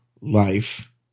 life